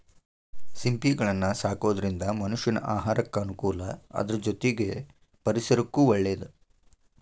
ಸಿಂಪಿಗಳನ್ನ ಸಾಕೋದ್ರಿಂದ ಮನಷ್ಯಾನ ಆಹಾರಕ್ಕ ಅನುಕೂಲ ಅದ್ರ ಜೊತೆಗೆ ಪರಿಸರಕ್ಕೂ ಒಳ್ಳೇದು